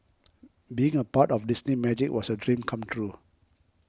being a part of Disney Magic was a dream come true